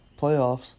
playoffs